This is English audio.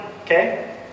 Okay